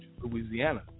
Louisiana